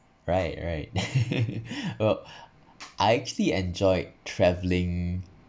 right right well I actually enjoyed travelling